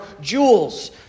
jewels